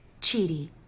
Cheaty